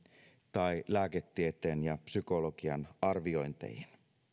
tai lääketieteen ja psykologian arviointeihin